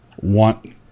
want